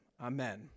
amen